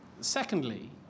Secondly